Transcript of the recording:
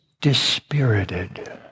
dispirited